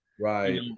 right